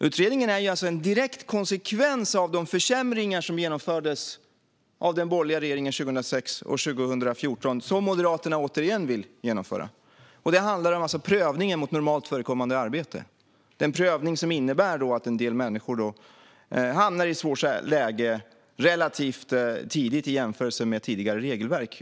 Utredningen är en direkt konsekvens av de försämringar som genomfördes av den borgerliga regeringen 2006 och 2014 och som Moderaterna återigen vill genomföra. Det handlar om prövningen mot normalt förekommande arbete. Det är en prövning som innebär att en del människor hamnar i ett svårt läge relativt tidigt i jämförelse med tidigare regelverk.